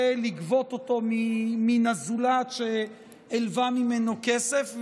לגבות אותו מן הזולת שלווה ממנו כסף,